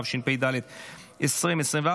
התשפ"ד 2024,